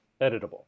editable